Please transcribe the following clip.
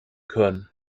können